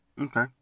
Okay